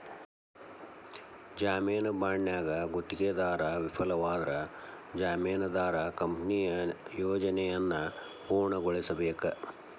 ಜಾಮೇನು ಬಾಂಡ್ನ್ಯಾಗ ಗುತ್ತಿಗೆದಾರ ವಿಫಲವಾದ್ರ ಜಾಮೇನದಾರ ಕಂಪನಿಯ ಯೋಜನೆಯನ್ನ ಪೂರ್ಣಗೊಳಿಸಬೇಕ